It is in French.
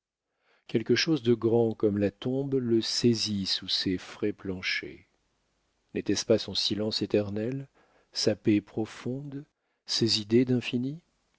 quelque chose de grand comme la tombe le saisit sous ces frais planchers n'était-ce pas son silence éternel sa paix profonde ses idées